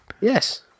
Yes